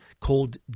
called